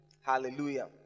hallelujah